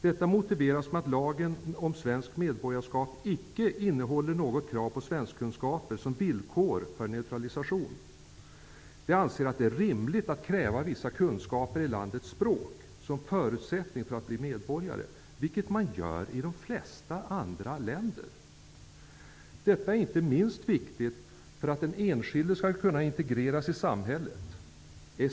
Detta motiveras med att lagen om svenskt medborgarskap icke innehåller något krav på svenskkunskaper som villkor för neutralisation. De anser att det är rimligt att kräva vissa kunskaper i landets språk som förutsättning för att någon skall bli medborgare, vilket man gör i de flesta andra länder. Detta är inte minst viktigt för att den enskilde skall kunna integreras i samhället.